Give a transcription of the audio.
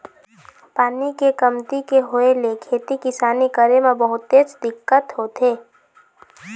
पानी के कमती के होय ले खेती किसानी करे म बहुतेच दिक्कत होथे